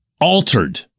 altered